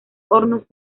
hornos